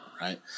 right